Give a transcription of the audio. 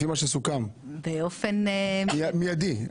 באופן מיידי.